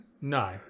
No